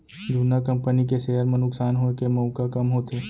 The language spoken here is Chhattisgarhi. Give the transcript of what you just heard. जुन्ना कंपनी के सेयर म नुकसान होए के मउका कम होथे